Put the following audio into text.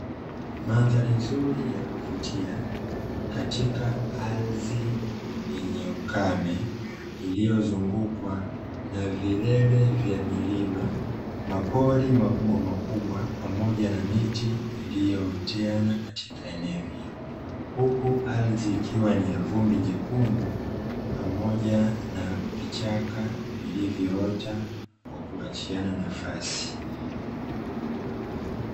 Mandhari nzuri ya kuvutia katika ardhi yenye ukame iliyozungukwa na vilele vya milima, mapori makubwa makubwa pamoja na miti iliyooteana katika eneo hilo huku ardhi ikiwa ni ya vumbi jekundu pamoja na vichaka vilivyoota kwa kuachiana nafasi.